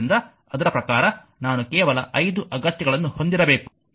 ಆದ್ದರಿಂದ ಅದರ ಪ್ರಕಾರ ನಾನು ಕೇವಲ 5 ಅಗತ್ಯಗಳನ್ನು ಹೊಂದಿರಬೇಕು